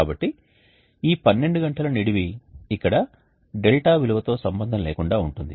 కాబట్టి ఈ 12 గంటల నిడివి ఇక్కడ δ విలువతో సంబంధం లేకుండా ఉంటుంది